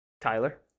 Tyler